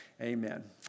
Amen